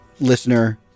listener